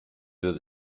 der